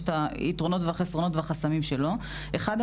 את היתרונות והחסרונות והחסמים שלו הם: אחד,